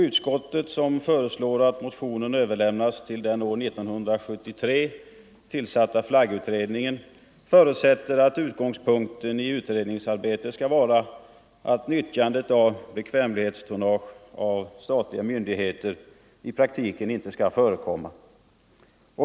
Utskottet föreslår att motionen överlämnas till den år 1973 tillsatta flaggutredningen och förutsätter att utgångspunkten i utredningsarbetet skall vara att nyttjande av bekvämlighetstonnage av statliga myndigheter i praktiken inte skall förekomma.